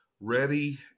ready